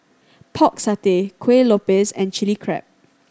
Pork Satay Kuih Lopes and Chili Crab